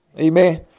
amen